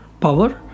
power